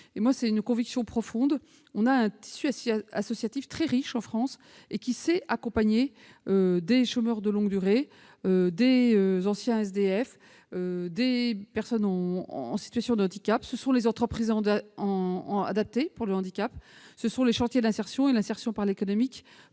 correspond à une conviction profonde, porte sur le tissu associatif très riche de notre pays, qui sait accompagner des chômeurs de longue durée, des anciens SDF, des personnes en situation de handicap. Ce sont les entreprises adaptées pour le handicap, ce sont les chantiers d'insertion et l'insertion par l'activité